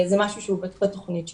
זה משהו שהוא בתוכנית שלנו.